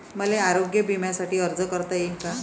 मले आरोग्य बिम्यासाठी अर्ज करता येईन का?